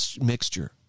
mixture